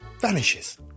vanishes